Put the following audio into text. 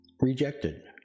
Rejected